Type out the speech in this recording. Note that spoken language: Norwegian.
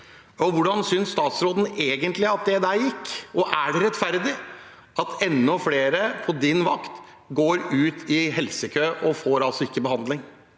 Hvordan synes statsråden egentlig at det der gikk, og er det rettferdig at enda flere på hans vakt går ut i helsekø og ikke får behandling?